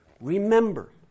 Remember